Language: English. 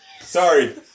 Sorry